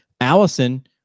Allison